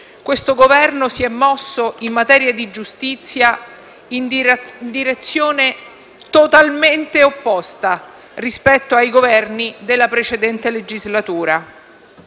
il Governo si è mosso, in materia di giustizia, in direzione diametralmente opposta rispetto ai Governi della precedente legislatura,